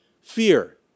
fear